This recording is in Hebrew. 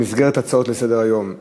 במסגרת הצעות לסדר-היום מס'